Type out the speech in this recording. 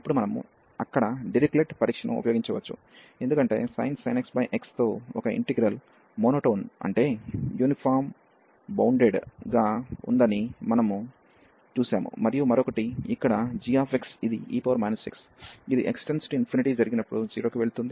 అప్పుడు మనము అక్కడ డిరిచ్లెట్ పరీక్ష ను ఉపయోగించవచ్చు ఎందుకంటే sin x x తో ఒక ఇంటిగ్రల్ మోనోటోన్ అంటే యూనిఫామ్లి బౌండెడ్ గా ఉందని మనము చూశాము మరియు మరొకటి ఇక్కడ g ఇది e x ఇది x→∞ జరిగినప్పుడు 0 కి వెళుతుంది